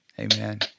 Amen